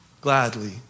gladly